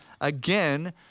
again